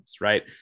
right